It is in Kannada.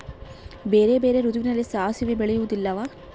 ಬೇರೆ ಬೇರೆ ಋತುವಿನಲ್ಲಿ ಸಾಸಿವೆ ಬೆಳೆಯುವುದಿಲ್ಲವಾ?